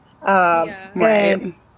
Right